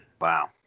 Wow